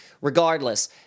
Regardless